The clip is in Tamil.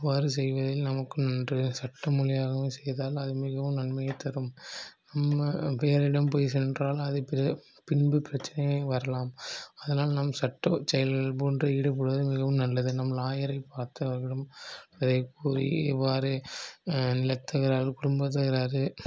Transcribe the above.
அவ்வாறு செய்வதில் நமக்கும் நன்று சட்ட மூலிமாகவும் செய்தால் தான் அது மிகவும் நன்மையை தரும் நம்ம பிறரிடம் போய் சென்றால் அதை பிறர் பின்பு பிரச்சனை வரலாம் அதனால் நம் சட்ட செயல்களில் போன்று ஈடுபடுவது மிகவும் நல்லது நம் லாயரை பார்த்து அவர்களிடம் அதை கூறி இவ்வாறு நில தகராறுகள் குடும்ப தகராறு